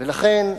ולכן,